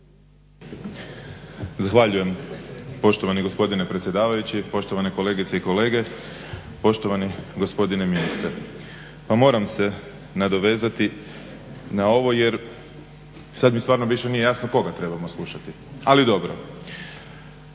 Zahvaljujem, poštovani gospodine predsjedavajući. Poštovane kolegice i kolege, poštovani gospodine ministre. Pa moram se nadovezati na ovo jer sad mi stvarno više nije jasno koga trebamo slušati, ali dobro.